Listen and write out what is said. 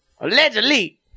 allegedly